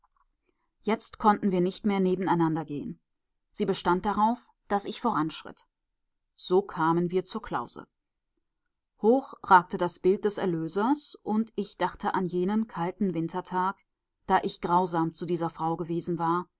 jetzt konnten wir nicht mehr nebeneinander gehen sie bestand darauf daß ich voranschritt so kamen wir zur klause hoch ragte das bild des erlösers und ich dachte an jenen kalten wintertag da ich grausam zu dieser frau gewesen war